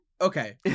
Okay